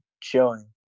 chilling